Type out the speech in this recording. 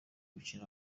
gukina